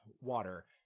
water